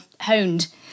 honed